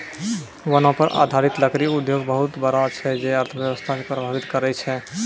वनो पर आधारित लकड़ी उद्योग बहुत बड़ा छै जे अर्थव्यवस्था के प्रभावित करै छै